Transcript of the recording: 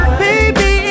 baby